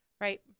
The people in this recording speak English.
Right